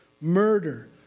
murder